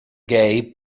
gay